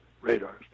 radars